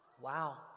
Wow